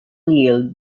yield